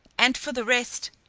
and for the rest,